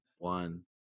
one